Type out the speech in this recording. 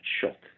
shot